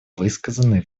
высказанные